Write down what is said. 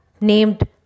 named